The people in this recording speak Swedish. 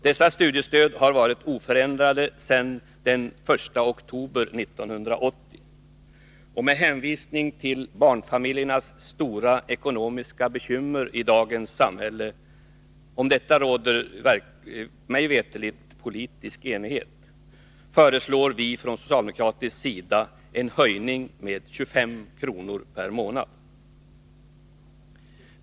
Dessa studiestöd har varit oförändrade sedan den 1 oktober 1980, och med hänvisning till barnfamiljernas stora ekonomiska bekymmer i dagens samhälle — om detta råder mig veterligt politisk enighet — föreslår vi från socialdemokratisk sida en höjning med 25 kr. per månad.